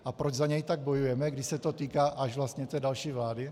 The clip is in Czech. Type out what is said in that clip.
A proč za něj tak bojujeme, když se to týká až vlastně té další vlády?